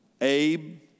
Abe